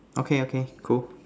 okay okay cool